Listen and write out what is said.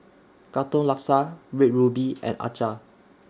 Katong Laksa Red Ruby and Acar